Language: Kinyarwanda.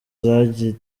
yagiye